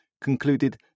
concluded